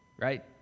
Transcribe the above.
right